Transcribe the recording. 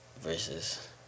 versus